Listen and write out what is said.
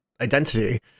identity